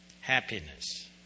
happiness